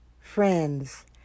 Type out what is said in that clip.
friends